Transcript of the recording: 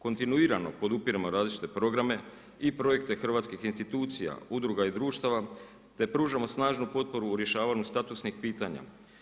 Kontinuirano podupiremo različite programe i projekte hrvatskih institucija, udruga i društava, te pružamo snažnu potporu u rješavanju statusnih pitanja.